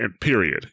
Period